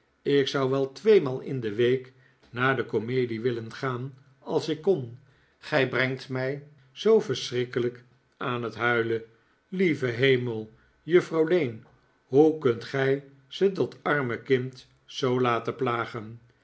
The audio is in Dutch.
ik zou wel tweemaal in de week naar de komedie willen gaan als ik kon gij brengt mij zoo verschrikkelijk aan het huilen lieve hemel juffrouw lane hoe kunt gij ze dat arme kind zoo laten plagen